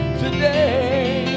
today